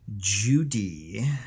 Judy